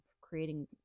creating